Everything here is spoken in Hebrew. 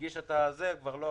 הגישה את התביעה,